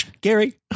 Gary